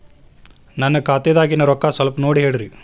ನನ್ನ ಖಾತೆದಾಗಿನ ರೊಕ್ಕ ಸ್ವಲ್ಪ ನೋಡಿ ಹೇಳ್ರಿ